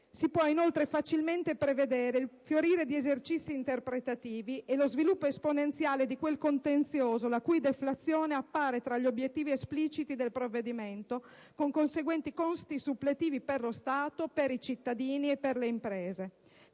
Si può, inoltre, facilmente prevedere il fiorire di esercizi interpretativi e lo sviluppo esponenziale di quel contenzioso, la cui deflazione appare tra gli obiettivi espliciti del provvedimento, con conseguenti costi suppletivi per lo Stato, per i cittadini e per le imprese.